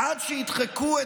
עד שידחקו,